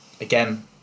again